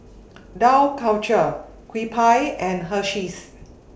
Dough Culture Kewpie and Hersheys